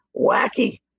wacky